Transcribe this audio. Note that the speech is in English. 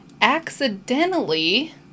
accidentally